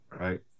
Right